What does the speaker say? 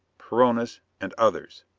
perona's and others.